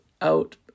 out